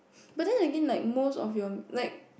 but then again like most of your like